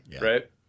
right